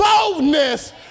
boldness